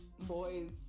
boys